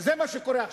וזה מה שקורה עכשיו.